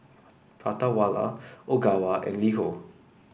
Prata Wala Ogawa and LiHo